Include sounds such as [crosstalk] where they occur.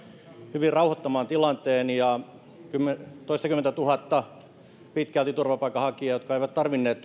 hyvin rauhoittamaan tilanteen ja pitkälti toistakymmentätuhatta turvapaikanhakijaa jotka eivät tarvinneet [unintelligible]